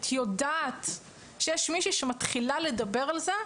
יודעת שיש מישהי שמתחילה לדבר על זה,